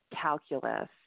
calculus